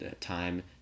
time